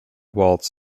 waltz